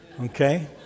Okay